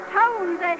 tones